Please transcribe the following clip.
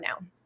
now